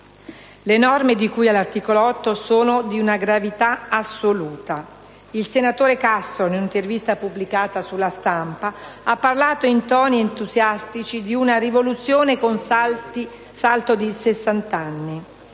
Le norme di cui all'articolo 8 sono di una gravità assoluta. Il senatore Castro, in un'intervista pubblicata su «La Stampa», ha parlato in toni entusiastici di «una rivoluzione con salto di